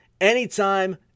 anytime